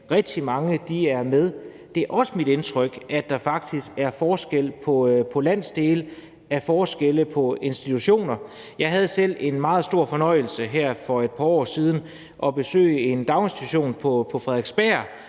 rigtig mange er med; det er også mit indtryk, at der faktisk er forskel på landsdele i forhold til institutioner. Jeg havde selv den meget store fornøjelse her for et par år siden at besøge en daginstitution på Frederiksberg,